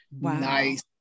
Nice